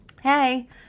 hey